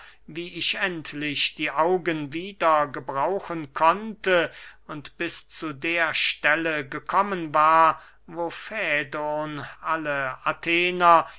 wie ich endlich die augen wieder gebrauchen konnte und bis zu der stelle gekommen war wo fädon alle athener